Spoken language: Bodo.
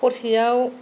खरसेयाव